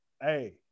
hey